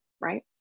right